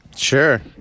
sure